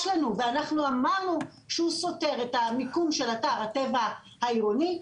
לנו ואנחנו אמרנו שהוא סותר את המיקום של אתר הטבע העירוני,